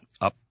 up